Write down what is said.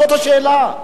זאת השאלה.